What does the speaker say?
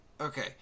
Okay